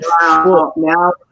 now